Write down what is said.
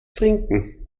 trinken